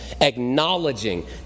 acknowledging